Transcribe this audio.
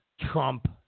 Trump